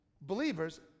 believers